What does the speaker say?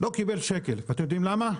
לא קיבל שקל, אתם יודעים למה?